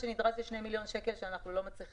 שנדרש זה שני מיליון שקל, אבל אנחנו לא מצליחים